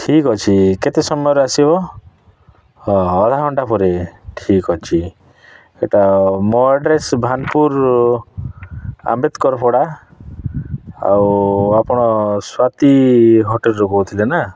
ଠିକ୍ ଅଛି କେତେ ସମୟରେ ଆସିବ ହଁ ହଁ ଅଧଘଣ୍ଟା ପରେ ଠିକ୍ ଅଛି ସେଟା ମୋ ଆଡ଼୍ରେସ୍ ଭାନପୁର ଆମ୍ବେଦକର ପଡ଼ା ଆଉ ଆପଣ ସ୍ଵାତି ହୋଟେଲ୍ରୁ କହୁଥିଲେ ନା